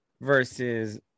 versus